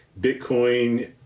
Bitcoin